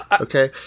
okay